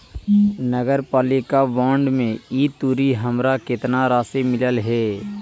नगरपालिका बॉन्ड में ई तुरी हमरा केतना राशि मिललई हे?